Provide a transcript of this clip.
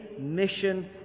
mission